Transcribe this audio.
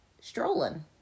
strolling